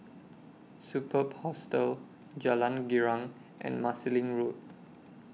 Superb Hostel Jalan Girang and Marsiling Road